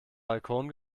balkon